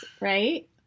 right